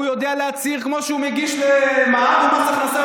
הוא יודע להצהיר כמו שהוא מגיש למע"מ ומס הכנסה,